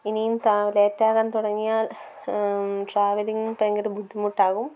ഇനിയും ലേറ്റാവാൻ തുടങ്ങിയാൽ ട്രാവലിംഗ് ഭയങ്കര ബുദ്ധിമുട്ടാകും